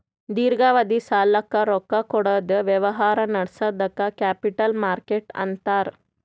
ದೀರ್ಘಾವಧಿ ಸಾಲಕ್ಕ್ ರೊಕ್ಕಾ ಕೊಡದ್ ವ್ಯವಹಾರ್ ನಡ್ಸದಕ್ಕ್ ಕ್ಯಾಪಿಟಲ್ ಮಾರ್ಕೆಟ್ ಅಂತಾರ್